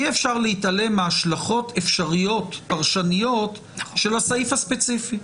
אי אפשר להתעלם מהשלכות אפשריות פרשניות של הסעיף הספציפי.